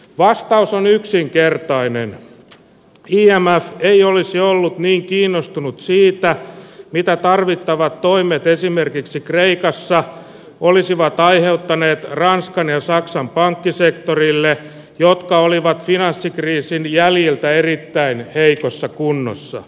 vastaus on yksinkertainen ylijäämää ei olisi ollut niin kiinnostunut siitä mitä tarvittavat toimet esimerkiksi kreikassa olisivat aiheuttaneet ranskan ja saksan pankkisektorille jotka olivat finanssikriisin jäljiltä erittäin heikossa kunnossa